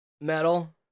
Metal